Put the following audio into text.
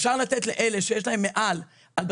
אפשר לתת לאלה שיש להם מעל עשרה אחזו נכות לצמיתות ומעלה,